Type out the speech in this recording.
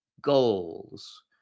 goals